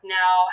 now